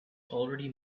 already